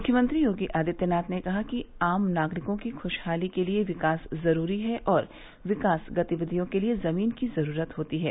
मुख्यमंत्री योगी आदित्यनाथ ने कहा है कि आम नागरिकों की खुशहाली के लिये विकास जुरूरी है और विकास गतिविधियों के लिये जमीन की ज़रूरत होती है